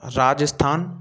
Rajasthan